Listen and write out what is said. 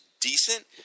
decent